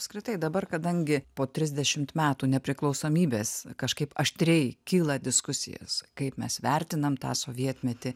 apskritai dabar kadangi po trisdešimt metų nepriklausomybės kažkaip aštriai kyla diskusijos kaip mes vertinam tą sovietmetį